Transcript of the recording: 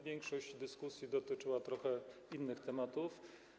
Większość dyskusji dotyczyła trochę innych tematów.